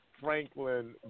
Franklin